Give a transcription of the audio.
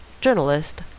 Journalist